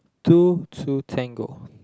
two to tango